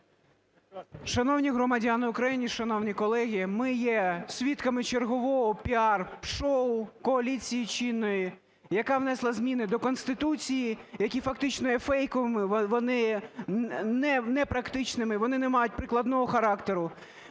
Шановні громадяни України, шановні колеги, ми є свідками чергового піар-шоу коаліції чинної, яка внесла зміни до Конституції, які фактично є фейковими, вони... непрактичними, вони не мають прикладного характеру.